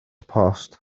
post